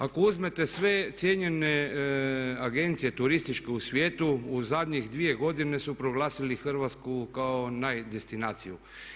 Ako uzmete sve cijenjene agencije turističke u svijetu u zadnjih 2 godine su proglasili Hrvatsku kao naj destinaciju.